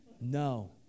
No